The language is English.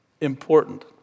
important